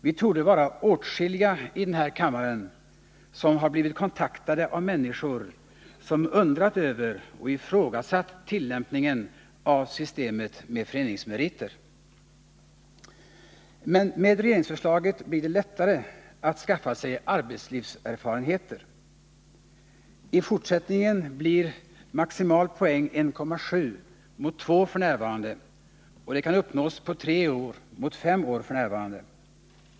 Vi torde vara åtskilliga i denna kammare som har kontaktats av människor som ifrågasatt tillämpningen av systemet med föreningsmeriter. Med regeringsförslaget blir det lättare att skaffa sig arbetslivserfarenheter. I fortsättningen blir maximal poäng 1,7 mot 2 f. n., och dessa poäng kan uppnås på tre år mot fem år f. n.